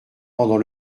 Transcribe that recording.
pendant